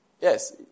Yes